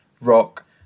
rock